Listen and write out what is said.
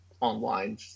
online